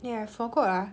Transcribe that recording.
ya I forgot ah